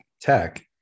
tech